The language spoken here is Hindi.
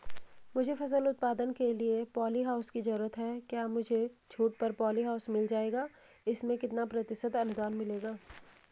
मुझे फसल उत्पादन के लिए प ॉलीहाउस की जरूरत है क्या मुझे छूट पर पॉलीहाउस मिल जाएगा इसमें कितने प्रतिशत अनुदान मिलेगा?